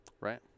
Right